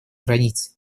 границей